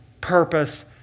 purpose